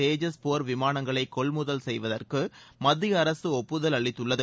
தேஜஸ் போர் விமானங்களை கொள்முதல் செய்வதற்கு மத்திய அரசு ஒப்புதல் அளித்துள்ளது